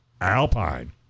alpine